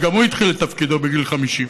גם הוא התחיל את תפקידו בגיל 50,